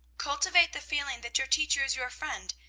cultivate the feeling that your teacher is your friend,